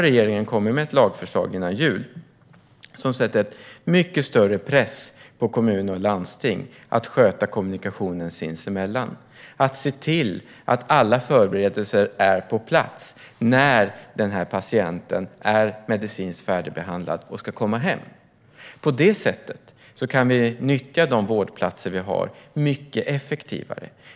Regeringen kom med ett lagförslag före jul som sätter mycket större press på kommuner och landsting att sköta kommunikationen sinsemellan och se till att alla förberedelser är på plats när patienten är medicinskt färdigbehandlad och ska komma hem. På detta sätt kan vi nyttja de vårdplatser vi har mycket effektivare.